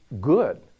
good